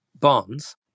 bonds